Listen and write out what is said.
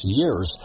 years